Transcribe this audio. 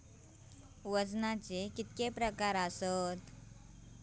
वजनाचे किती प्रकार आसत?